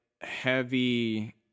heavy